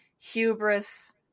hubris